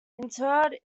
interred